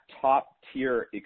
top-tier